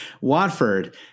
watford